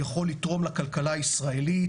הוא יכול לתרום לכלכלה הישראלית,